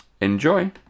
Enjoy